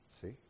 see